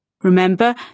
Remember